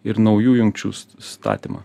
ir naujų jungčių statymą